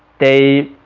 they